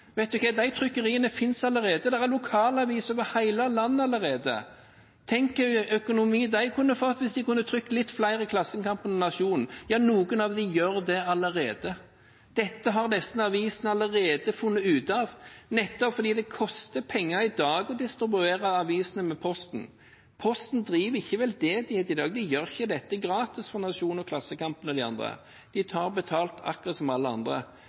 Vet dere hva – de trykkeriene finnes allerede. Det er lokalaviser over hele landet allerede. Tenk hvilken økonomi de kunne fått hvis de kunne trykket litt flere enn Klassekampen og Nationen, ja, noen av dem gjør det allerede. Dette har disse avisene allerede funnet ut av, nettopp fordi det koster penger i dag å distribuere aviser med Posten. Posten driver ikke veldedighet i dag, de gjør ikke dette gratis for Nationen, Klassekampen og de andre. De tar betalt akkurat som alle andre.